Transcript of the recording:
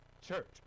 church